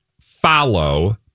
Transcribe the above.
follow